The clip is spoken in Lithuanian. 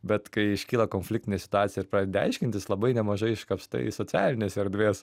bet kai iškyla konfliktinė situacija ir pradedi aiškintis labai nemažai iškapstai socialinės erdvės